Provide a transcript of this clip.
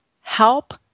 help